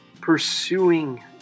pursuing